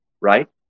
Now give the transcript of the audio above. right